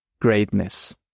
greatness